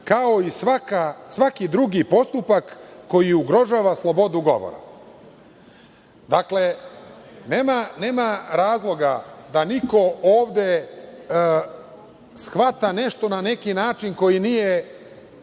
kao i svaki drugi postupak koji ugrožava slobodu govora“.Dakle, nema razloga da niko ovde shvata nešto na neki način koji nije